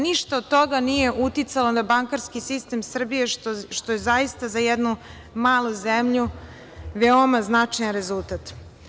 Ništa od toga nije uticalo na bankarski sistem Srbije, što je zaista za jednu malu zemlju veoma značajan rezultat.